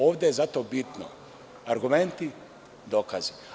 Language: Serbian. Ovde je zato bitno – argumenti, dokazi.